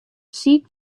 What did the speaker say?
siik